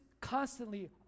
constantly